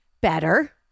better